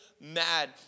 mad